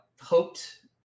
hoped